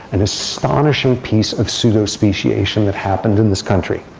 and astonishing piece of pseudo speciation that happened in this country